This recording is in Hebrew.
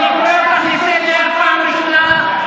אני קורא אותך לסדר בפעם ראשונה.